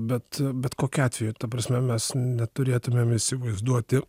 bet bet kokiu atveju ta prasme mes neturėtumėm įsivaizduoti